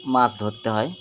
মাছ ধরতে হয়